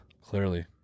Clearly